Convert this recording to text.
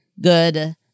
good